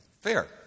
Fair